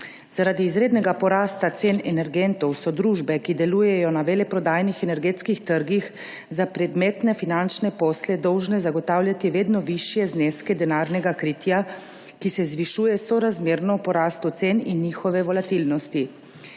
Zaradi izrednega porasta cen energentov so družbe, ki delujejo na veleprodajnih energetskih trgih, za predmetne finančne posle dolžne zagotavljati vedno višje zneske denarnega kritja, ki se zvišuje sorazmerno v porastu cen in njihove volatilnosti.